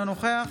אינו נוכח